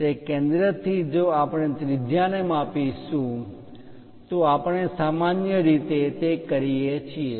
તે કેન્દ્રથી જો આપણે ત્રિજ્યા ને માપી શું તો આપણે સામાન્ય રીતે તે રીતે કરીએ છીએ